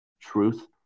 truth